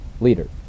leader